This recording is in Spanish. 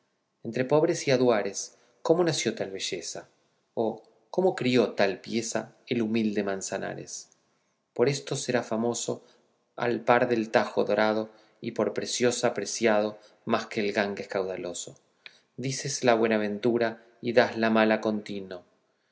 entre pobres y aduares cómo nació tal belleza o cómo crió tal pieza el humilde manzanares por esto será famoso al par del tajo dorado y por preciosa preciado más que el ganges caudaloso dices la buenaventura y dasla mala contino